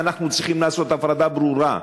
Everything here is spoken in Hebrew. ואנחנו צריכים לעשות הפרדה ברורה: